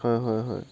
হয় হয় হয়